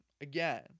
again